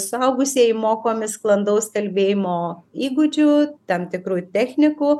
suaugusieji mokomi sklandaus kalbėjimo įgūdžių tam tikrų technikų